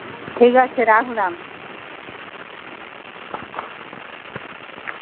ঠিক আছে রাখলাম